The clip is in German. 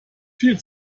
viel